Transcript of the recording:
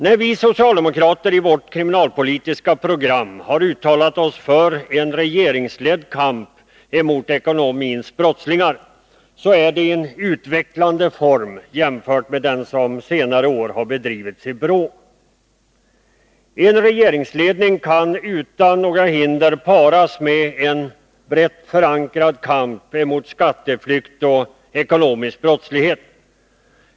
När vi socialdemokrater i vårt kriminalpolitiska program har uttalat oss för en regeringsledd kamp mot dem som begår ekonomiska brott har vi avsett ett arbete i en utvecklande form jämfört med det som under senare år har bedrivits i BRÅ. En regeringsledning kan utan hinder paras med en brett förankrad kamp mot skatteflykt och ekonomisk brottslighet.